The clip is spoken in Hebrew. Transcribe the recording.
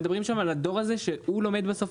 מדברים שם על הדור הזה שהוא לומד בסוף